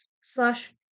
slash